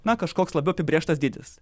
na kažkoks labiau apibrėžtas dydis